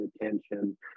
attention